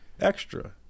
extra